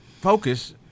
focus